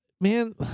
man